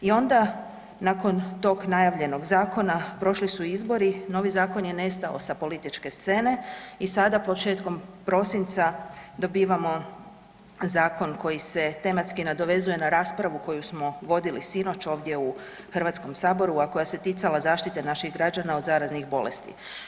I onda nakon tog najavljenog zakona, prošli su izbori, novi zakon je nestao sa političke scene i sada početkom prosinca dobivamo zakon koji se tematski nadovezuje na raspravu koju smo vodili sinoć ovdje u HS-u, a koja se ticala zaštite naših građana od zaraznih bolesti.